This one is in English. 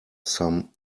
some